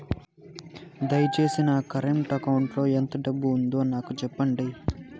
దయచేసి నా current account లో ఎంత డబ్బు ఉందో నాకు సెప్పండి